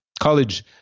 college